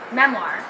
memoir